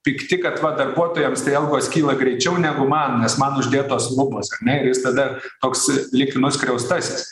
pikti kad va darbuotojams tai algos kyla greičiau negu man nes man uždėtos lubos ar ne ir jis tada toks lyg nuskriaustasis